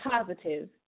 positive